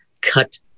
cut